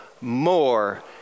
more